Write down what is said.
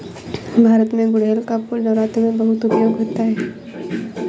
भारत में गुड़हल का फूल नवरात्र में बहुत उपयोग होता है